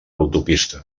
autopista